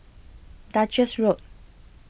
Duchess Road